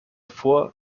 vor